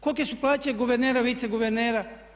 Kolike su plaće guvernera i viceguvernera?